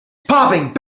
popping